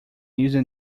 using